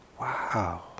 Wow